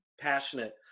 Passionate